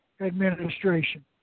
administration